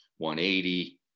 180